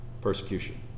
persecution